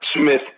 Smith